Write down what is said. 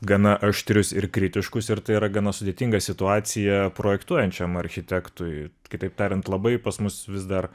gana aštrius ir kritiškus ir tai yra gana sudėtinga situacija projektuojančiam architektui kitaip tariant labai pas mus vis dar